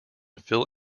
fill